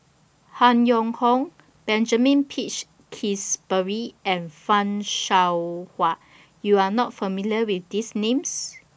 Han Yong Hong Benjamin Peach Keasberry and fan Shao Hua YOU Are not familiar with These Names